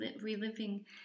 reliving